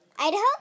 Idaho